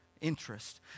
interest